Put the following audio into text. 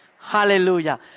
Hallelujah